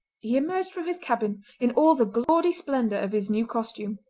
he emerged from his cabin in all the gaudy splendour of his new costume.